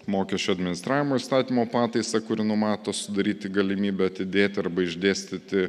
mokesčių administravimo įstatymo pataisą kuri numato sudaryti galimybę atidėti arba išdėstyti